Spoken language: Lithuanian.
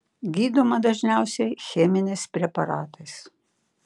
gydoma dažniausiai cheminiais preparatais